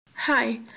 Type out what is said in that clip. hi